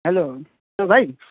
hello hello भाइ